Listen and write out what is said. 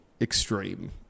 extreme